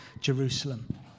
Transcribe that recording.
jerusalem